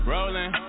Rolling